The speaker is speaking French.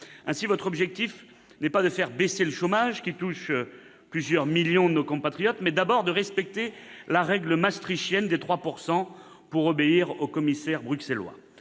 Ainsi, votre objectif est non pas de faire baisser le chômage, qui touche plusieurs millions de nos compatriotes, mais d'abord de respecter la règle maastrichtienne des 3 % pour obéir aux commissaires bruxellois.